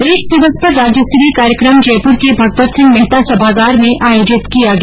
ads दिवस पर राज्यस्तरीय कार्यक्रम जयपूर के भगवत सिंह मेहता सभागार में आयोजित किया गया